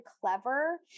clever